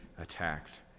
attacked